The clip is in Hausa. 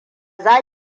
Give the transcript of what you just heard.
za